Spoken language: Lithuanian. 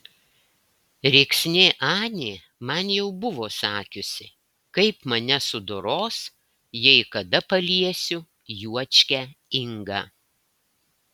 rėksnė anė man jau buvo sakiusi kaip mane sudoros jei kada paliesiu juočkę ingą